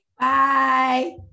Bye